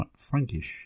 Frankish